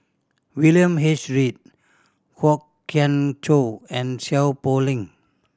William H Read Kwok Kian Chow and Seow Poh Leng